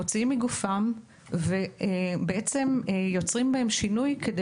מוציאים אותם מגופם ויוצרים בהם שינוי כדי